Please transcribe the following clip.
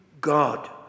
God